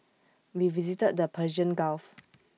we visited the Persian gulf